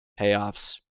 payoffs